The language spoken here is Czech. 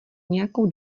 nějakou